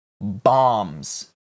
bombs